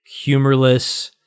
humorless